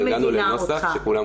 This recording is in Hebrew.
והגענו לנוסח שכולם מסכימים לו.